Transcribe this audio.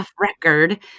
record